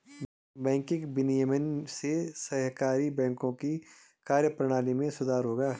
banking विनियमन से सहकारी बैंकों की कार्यप्रणाली में सुधार होगा